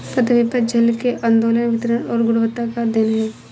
पृथ्वी पर जल के आंदोलन वितरण और गुणवत्ता का अध्ययन है